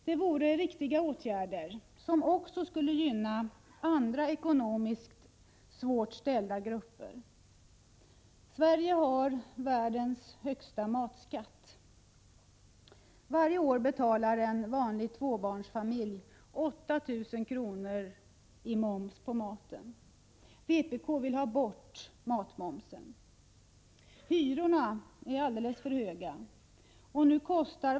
Det vore riktiga åtgärder, som skulle gynna även andra ekonomiskt trängda grupper. Sverige har världens högsta matskatt. Varje år betalar en vanlig tvåbarnsfamilj 8 000 kr. i moms på maten. Vpk vill ha bort matmomsen. Vidare är hyrorna alldeles för höga.